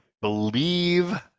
believe